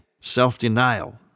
self-denial